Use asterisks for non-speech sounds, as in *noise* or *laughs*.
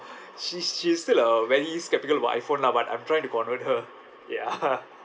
*breath* she's she's still uh very sceptical about iphone lah but I'm trying to convert her ya *laughs*